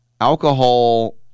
alcohol